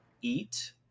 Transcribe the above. eat